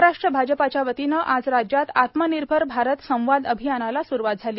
महाराष्ट्र भाजपाच्या वतीनं आज राज्यात आत्मनिर्भर भारत संवाद अभियानाला स्रुवात झाली